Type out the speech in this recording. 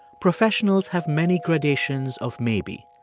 professionals have many gradations of maybe,